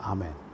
Amen